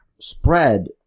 spread